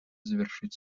завершит